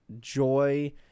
joy